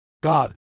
God